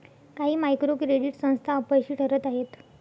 काही micro credit संस्था अपयशी ठरत आहेत